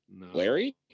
Larry